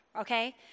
Okay